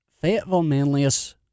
Fayetteville-Manlius